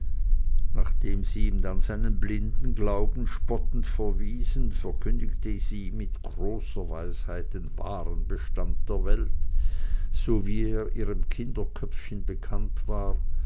nachdem sie ihm dann seinen blinden glauben spottend verwiesen verkündigte sie ihm mit großer weisheit den wahren bestand der welt soweit er ihrem kinderköpfchen bekannt war